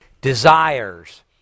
desires